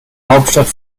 hauptstadt